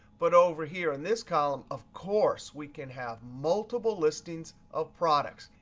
but over here in this column, of course, we can have multiple listings of products.